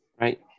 Right